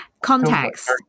context